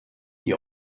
die